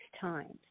times